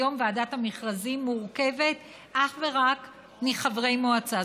היום ועדת המכרזים מורכבת אך ורק מחברי מועצה,